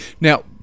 now